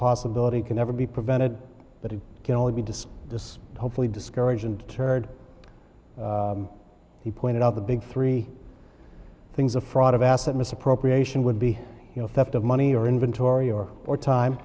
possibility can ever be prevented but it can only be disk this hopefully discourage and turd he pointed out the big three things a fraud of asset misappropriation would be you know theft of money or inventory or or time